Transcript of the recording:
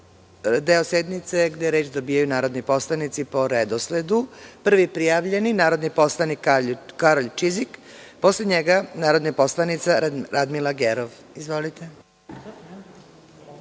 deo sednice gde reč dobijaju narodni poslanici po redosledu. Prvi prijavljeni narodni poslanik Karolj Čizik, posle njega narodna poslanica Radmila Gerov. Izvolite.